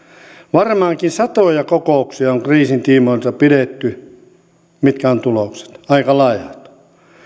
varmaankin satoja kokouksia on kriisin tiimoilta pidetty mitkä ovat tulokset aika laihat